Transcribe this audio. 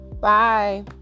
Bye